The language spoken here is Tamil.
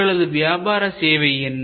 உங்களது வியாபார சேவை என்ன